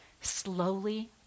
Slowly